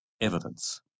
evidence